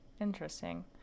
interesting